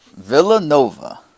Villanova